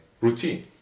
routine